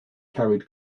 carried